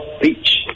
beach